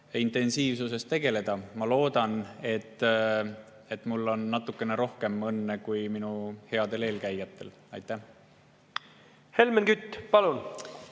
intensiivselt tegeleda. Ma loodan, et mul on natukene rohkem õnne kui minu headel eelkäijatel. Aitäh! See, mis